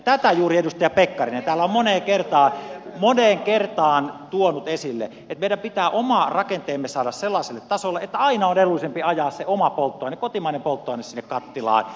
tätä juuri edustaja pekkarinen täällä on moneen kertaan tuonut esille että meidän pitää oma rakenteemme saada sellaiselle tasolle että aina on edullisempi ajaa se oma polttoaine kotimainen polttoaine sinne kattilaan